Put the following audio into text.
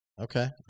Okay